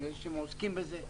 אני ראיתי שאתם עוסקים בזה.